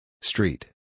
Street